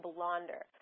Blonder